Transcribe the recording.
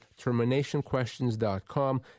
terminationquestions.com